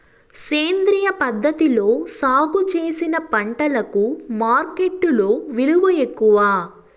సేంద్రియ పద్ధతిలో సాగు చేసిన పంటలకు మార్కెట్టులో విలువ ఎక్కువ